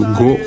go